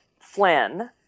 Flynn